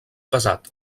pesat